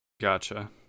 Gotcha